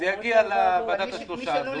או לבקשת השר.